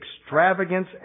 extravagance